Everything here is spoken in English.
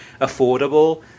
affordable